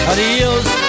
Adios